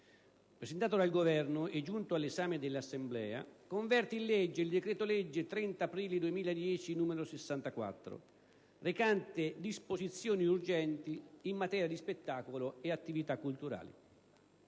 presentato dal Governo e giunto all'esame dell'Assemblea, converte in legge il decreto-legge 30 aprile 2010, n. 64, recante disposizioni urgenti in materia di spettacolo e attività culturali.